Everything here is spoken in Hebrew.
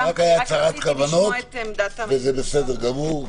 זאת רק הייתה הצהרת כוונות, וזה בסדר גמור.